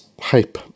hype